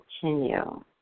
continue